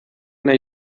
nahi